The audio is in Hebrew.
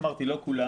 אמרתי לא כולם.